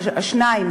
מהרשימה.